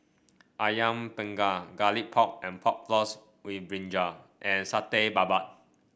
ayam panggang Garlic Pork and Pork Floss with brinjal and Satay Babat